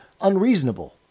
unreasonable